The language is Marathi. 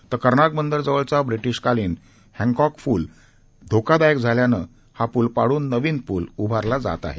तर कर्नाक बंदर जवळचा ब्रिटीश कालीन हँकॉक पूल धोकादायक झाल्याने हा पूल पाडून नवीन पूल उभारला जात आहे